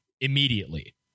immediately